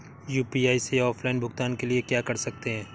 UPI से offline भुगतान के लिए क्या कर सकते हैं?